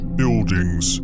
buildings